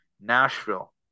Nashville